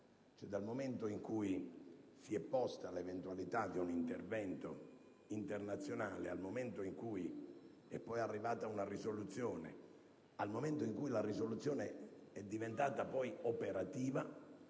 Dal momento in cui si è posta l'eventualità di un intervento internazionale al momento in cui è poi arrivata una risoluzione, fino al momento in cui la risoluzione è diventata poi operativa,